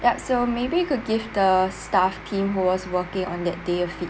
yup so maybe you could give the staff team who was working on that day a feed